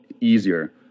easier